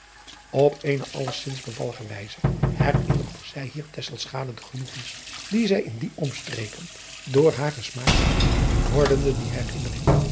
p eene allezins bevallige wijze herinnerde zij hier de genoegens die zij in die omstreken door haar gesmaakt had wordende die